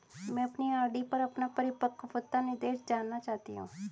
मैं अपनी आर.डी पर अपना परिपक्वता निर्देश जानना चाहती हूँ